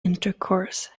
intercourse